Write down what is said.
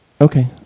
Okay